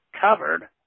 covered